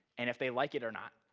and if they like it or not.